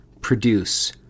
produce